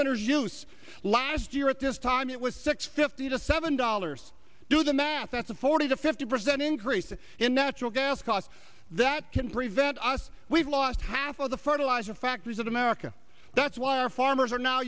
winter juice last year at this time it was six fifty to seven dollars do the math that's a forty to fifty percent increase in natural gas cost that can prevent us we've lost half of the fertilizer factories of america that's why our farmers are now